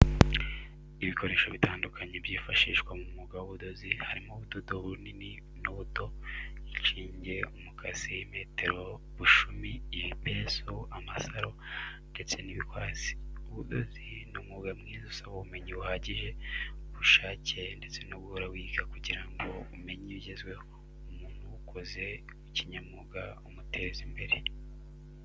Ibikoresho bitandukanye byifashishwa mu mwuga w'ubudozi, harimo ubudodo bunini n'ubuto, inshinge, umukasi, metero bushumi, ibipesu, amasaro, ndetse n'ibikwasi. Ubudozi ni umwuga mwiza usaba ubumenyi buhagije, ubushake ndetse no guhora wiga kugira ngo umenye ibigezweho, umuntu uwukoze kinyamwuga umuteza imbere.